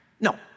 No